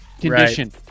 condition